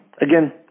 again